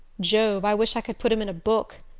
jove, i wish i could put him in a book!